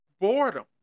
boredom